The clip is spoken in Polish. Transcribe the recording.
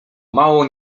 mało